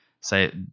Say